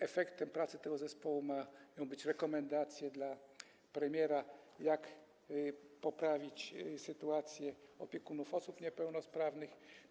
Efektem pracy tego zespołu ma być rekomendacja dla premiera, jak poprawić sytuację opiekunów osób niepełnosprawnych.